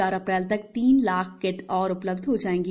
चार अप्रैल तक तीन लाख किट और उपलब्ध हो जाएंगी